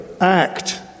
act